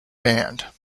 band